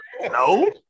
no